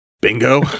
Bingo